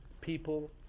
People